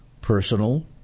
personal